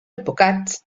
advocats